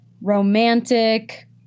romantic